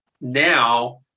now